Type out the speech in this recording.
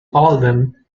album